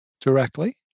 directly